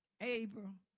Abraham